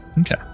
Okay